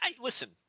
listen